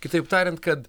kitaip tariant kad